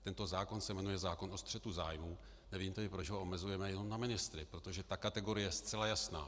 Tento zákon se jmenuje zákon o střetu zájmů, nevím tedy, proč ho omezujeme jenom na ministry, protože ta kategorie je zcela jasná.